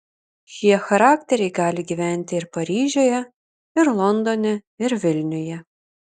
šie charakteriai gali gyventi ir paryžiuje ir londone ir vilniuje